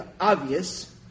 obvious